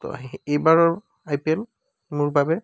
এইবাৰৰ I P L মোৰ বাবে